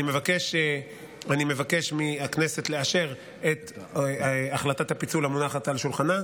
אני מבקש מהכנסת לאשר את החלטת הפיצול המונחת על שולחנה.